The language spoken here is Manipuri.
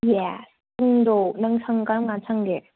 ꯌꯦꯁ ꯄꯨꯡꯗꯣ ꯅꯪ ꯁꯪꯀꯥꯟ ꯀꯔꯝꯀꯥꯟ ꯁꯪꯒꯦ